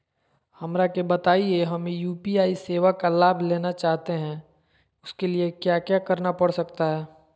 हमरा के बताइए हमें यू.पी.आई सेवा का लाभ लेना चाहते हैं उसके लिए क्या क्या करना पड़ सकता है?